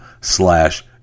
Slash